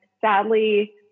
sadly